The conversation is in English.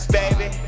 baby